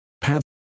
Path